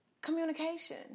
communication